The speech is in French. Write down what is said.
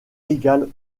égal